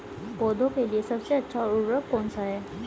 पौधों के लिए सबसे अच्छा उर्वरक कौन सा है?